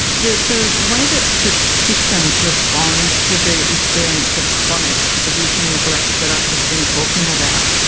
the the way that that systems respond to the experience of chronic abuse and neglect that i've just been talking about